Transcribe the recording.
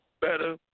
better